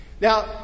Now